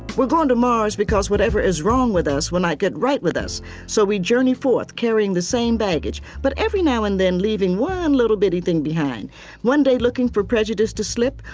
we're going to mars because whatever is wrong with us will not get right with us so we journey forth carrying the same baggage but every now and then leaving one little bitty thing behind one day looking for prejudice to slip,